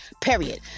period